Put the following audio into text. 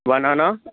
banana